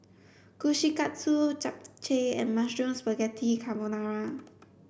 Kushikatsu Japchae and Mushroom Spaghetti Carbonara